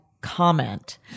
comment